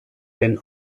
den